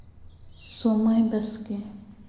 ᱥᱳᱢᱟᱭ ᱵᱟᱥᱠᱮ